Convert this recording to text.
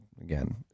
again